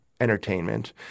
entertainment